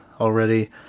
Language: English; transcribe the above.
already